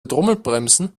trommelbremsen